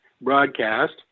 broadcast